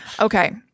Okay